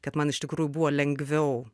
kad man iš tikrųjų buvo lengviau